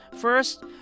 First